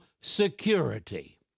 security